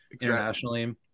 internationally